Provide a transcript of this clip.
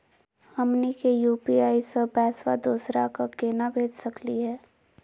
हमनी के यू.पी.आई स पैसवा दोसरा क केना भेज सकली हे?